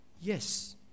Yes